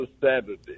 Saturday